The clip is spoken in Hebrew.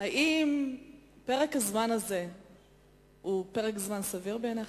האם פרק הזמן הזה הוא פרק זמן סביר בעיניך?